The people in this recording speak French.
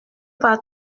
par